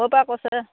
ক'ৰপৰা কৈছে